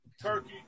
Turkey